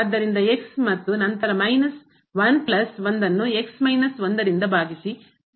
ಆದ್ದರಿಂದ ಮತ್ತು ನಂತರ ಮೈನಸ್ 1 ಪ್ಲಸ್ 1 ಅನ್ನು ಭಾಗಿಸಿ